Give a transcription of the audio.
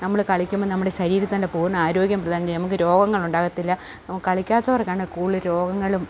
നമ്മൾ കളിക്കുമ്പം നമ്മുടെ ശരീരത്തൻ്റെ പൂർണ്ണ ആരോഗ്യം പ്രദാനം ചെയ്യും നമുക്ക് രോഗങ്ങൾ ഉണ്ടാകത്തില്ല അപ്പം കളിക്കാത്തവർക്കാണ് കൂടുതൽ രോഗങ്ങളും